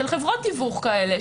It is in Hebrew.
של חברות תיווך כאלה,